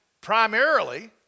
primarily